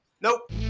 nope